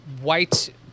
white